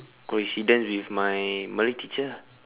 coincidence with my malay teacher ah